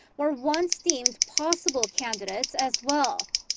were once deemed possible candidates as well.